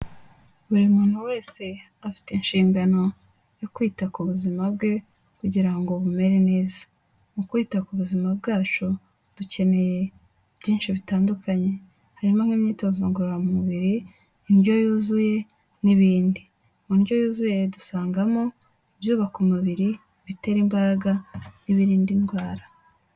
Buri muntu wese afite inshingano yo kwita ku buzima bwe kugira ngo bumere neza. Mu kwita ku buzima bwacu dukeneye byinshi bitandukanye. Harimo nk'imyitozo ngororamubiri, indyo yuzuye n'ibindi. Mu ndyo yuzuye dusangamo: ibyubaka umubiri, ibitera imbaraga, n'ibirinda indwara.